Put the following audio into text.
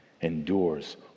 endures